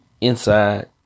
inside